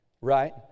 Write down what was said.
right